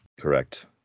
Correct